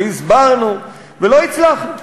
והסברנו ולא הצלחנו?